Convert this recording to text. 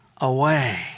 away